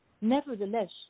Nevertheless